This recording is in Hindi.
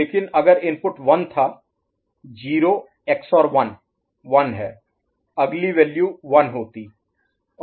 लेकिन अगर इनपुट 1 था 0 XOR 1 1 है अगली वैल्यू 1 होती